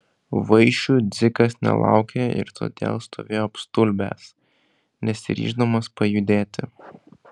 vaišių dzikas nelaukė ir todėl stovėjo apstulbęs nesiryždamas pajudėti